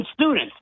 students